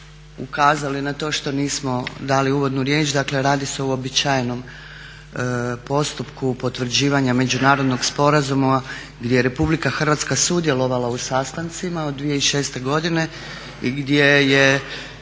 ukazali na to što nismo dali uvodnu riječ, dakle radi se uobičajenom postupku potvrđivanja međunarodnog sporazuma gdje je RH sudjelovala u sastancima od 2006. godine i gdje je